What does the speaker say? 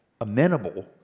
amenable